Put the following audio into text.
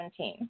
2017